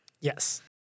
Yes